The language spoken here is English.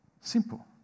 Simple